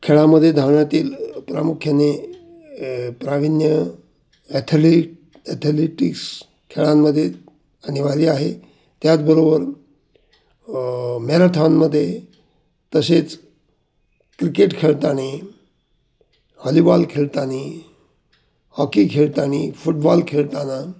खेळामध्ये धावण्यातील प्रामुख्याने प्राविण्य ॲथलिट ॲथलिटिक्स खेळांमध्ये अनिवार्य आहे त्याचबरोबर मॅरेथॉनमध्ये तसेच क्रिकेट खेळताना हॉलीबॉल खेळताना हॉकी खेळताना फुटबॉल खेळताना